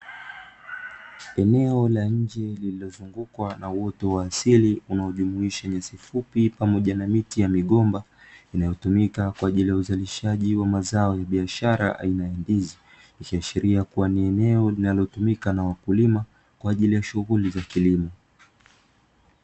Eneo la nje lililozungukwa na uoto wa asili, unaojumuisha nyasi fupi pamoja na miti ya migomba, inayotumika kwa ajili ya uzalishaji wa mazao ya biashara aina ya ndizi. Likiashiria kuwa ni eneo linalotumika na wakulima, kwa ajili ya shughuli za kilimo.